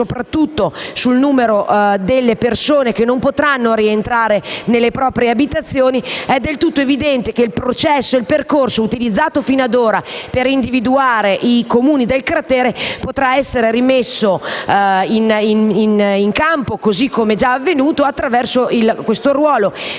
soprattutto sul numero delle persone che non potranno rientrare nelle proprie abitazioni. È quindi del tutto evidente che il processo e il percorso utilizzato finora per individuare i Comuni del cratere potranno essere rimessi in campo, così come già avvenuto, attraverso il ruolo